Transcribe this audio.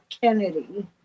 Kennedy